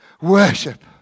Worship